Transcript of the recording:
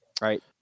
Right